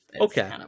okay